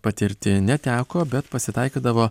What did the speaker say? patirti neteko bet pasitaikydavo